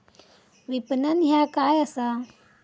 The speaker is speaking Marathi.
विपणन ह्या काय असा?